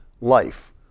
life